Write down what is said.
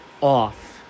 off